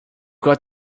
got